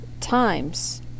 times